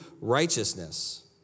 righteousness